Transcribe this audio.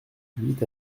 huit